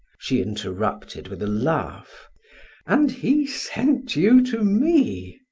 she interrupted with a laugh and he sent you to me?